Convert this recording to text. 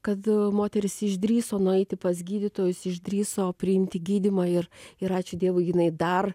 kad moteris išdrįso nueiti pas gydytojus išdrįso priimti gydymą ir ir ačiū dievui jinai dar